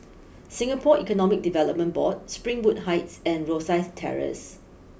Singapore Economic Development Board Springwood Heights and Rosyth Terrace